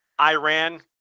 Iran